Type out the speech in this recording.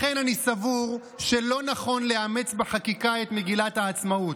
לכן אני סבור שלא נכון לאמץ בחקיקה את מגילת העצמאות,